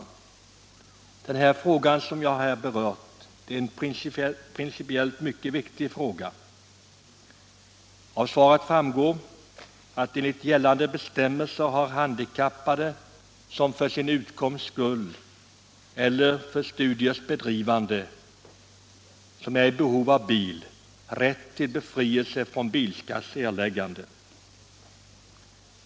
från bilskatt Den fråga som jag berört är principiellt mycket viktig, och av svaret framgår att enligt gällande bestämmelser har handikappad, som för sin utkomst eller för studiers bedrivande är i behov av bil, rätt till befrielse från erläggande av bilskatt.